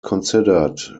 considered